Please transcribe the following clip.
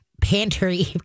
Pantry